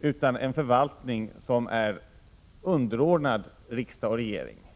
utan underordnad riksdag och regering.